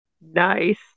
nice